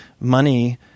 money